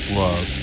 love